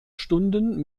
stunden